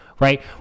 right